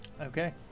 Okay